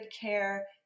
care